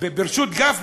בראשות גפני,